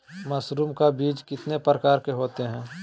Mushroom का बीज कितने प्रकार के होते है?